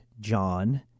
John